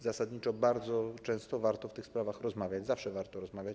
Zasadniczo bardzo często warto o tych sprawach rozmawiać, zawsze warto rozmawiać.